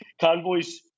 Convoy's –